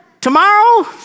tomorrow